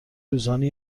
روزانه